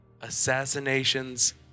assassinations